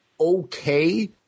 okay